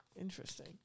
Interesting